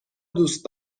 دوست